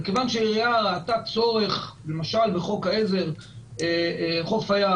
מכיוון שהעירייה ראתה צורך בחוק העזר חוף הים,